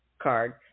card